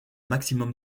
maximum